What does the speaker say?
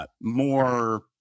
More